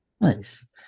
Nice